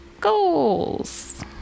goals